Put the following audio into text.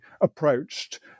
approached